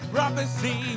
Prophecy